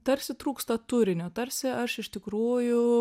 tarsi trūksta turinio tarsi aš iš tikrųjų